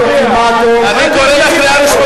אני הצבתי אולטימטום לברק.